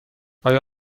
آیا